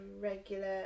regular